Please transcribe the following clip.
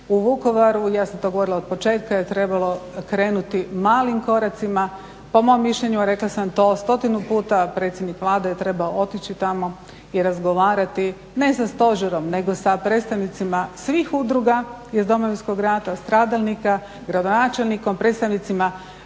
U Vukovaru ja sam to govorila od početka je trebalo krenuti malim koracima, po mom mišljenju rekla sam to stotinu puta predsjednik Vlade je trebao otići tamo i razgovarati ne sa stožerom nego sa predstavnicima svih udruga iz Domovinskog rata, stradalnika, gradonačelnikom, predstavnicima